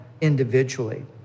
individually